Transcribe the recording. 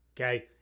Okay